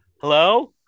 Hello